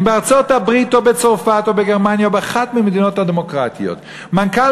אם בארצות-הברית או בצרפת או בגרמניה או באחת מהמדינות הדמוקרטיות מנכ"ל